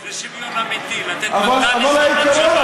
זה שוויון אמיתי, לתת, מתן הזדמנויות שווה.